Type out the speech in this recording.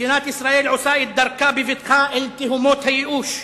מדינת ישראל עושה את דרכה בבטחה אל תהומות הייאוש.